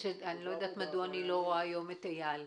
איני יודעת מדוע איני רואה היום את אייל.